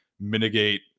mitigate